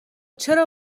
چرا